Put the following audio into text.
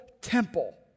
temple